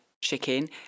chicken